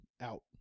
out